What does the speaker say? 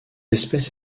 espèce